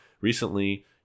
recently